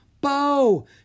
Bo